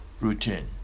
routine